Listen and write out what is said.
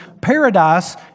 paradise